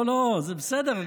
לא, לא, זה בסדר.